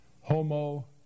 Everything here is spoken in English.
homo